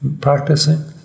practicing